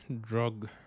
drug